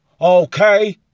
okay